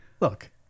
Look